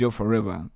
forever